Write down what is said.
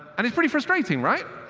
and it's pretty frustrating, right?